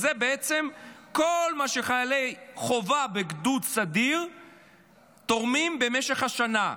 כל מה שחיילי חובה בגדוד סדיר תורמים במשך השנה.